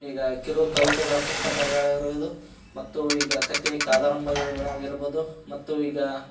ಈಗ ಕಿರು ಕವಿತೆಗಳ ಪುಸ್ತಕಗಳಿರ್ಬೋದು ಮತ್ತು ಈಗ ಕಥೆ ಕಾದಂಬರಿಗಳಾಗಿರ್ಬೋದು ಮತ್ತು ಈಗ